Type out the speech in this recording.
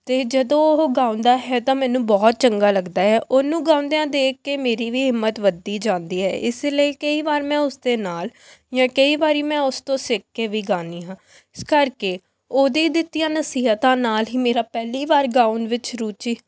ਅਤੇ ਜਦੋਂ ਉਹ ਗਾਉਂਦਾ ਹੈ ਤਾਂ ਮੈਨੂੰ ਬਹੁਤ ਚੰਗਾ ਲੱਗਦਾ ਹੈ ਉਹਨੂੰ ਗਾਉਂਦਿਆਂ ਦੇਖ ਕੇ ਮੇਰੀ ਵੀ ਹਿੰਮਤ ਵੱਧਦੀ ਜਾਂਦੀ ਹੈ ਇਸ ਲਈ ਕਈ ਵਾਰ ਮੈਂ ਉਸਦੇ ਨਾਲ਼ ਜਾਂ ਕਈ ਵਾਰੀ ਮੈਂ ਉਸ ਤੋਂ ਸਿੱਖ ਕੇ ਵੀ ਗਾਉਂਦੀ ਹਾਂ ਇਸ ਕਰਕੇ ਉਹਦੇ ਦਿੱਤੀਆਂ ਨਸੀਹਤਾਂ ਨਾਲ਼ ਹੀ ਮੇਰਾ ਪਹਿਲੀ ਵਾਰ ਗਾਉਣ ਵਿੱਚ ਰੁਚੀ